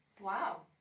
Wow